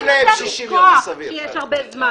גם קל יותר לשכוח כשיש הרבה זמן.